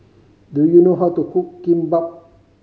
do you know how to cook Kimbap